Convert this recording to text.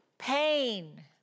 pain